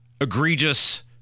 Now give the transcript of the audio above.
egregious